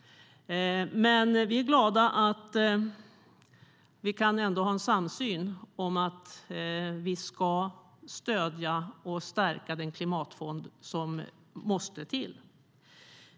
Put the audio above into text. Men vi är glada över att vi kan ha en samsyn i fråga om att vi ska stödja och stärka den klimatfond som måste till.